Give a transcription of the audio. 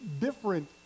different